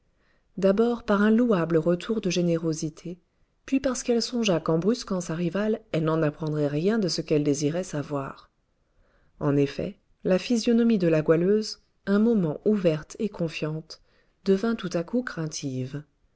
d'abord par un louable retour de générosité puis parce qu'elle songea qu'en brusquant sa rivale elle n'en apprendrait rien de ce qu'elle désirait savoir en effet la physionomie de la goualeuse un moment ouverte et confiante devint tout à coup craintive